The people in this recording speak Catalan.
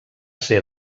ser